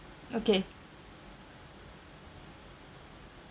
okay